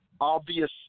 obvious